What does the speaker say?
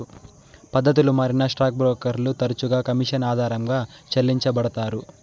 పద్దతులు మారినా స్టాక్ బ్రోకర్లు తరచుగా కమిషన్ ఆధారంగా చెల్లించబడతారు